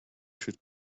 should